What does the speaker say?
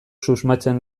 susmatzen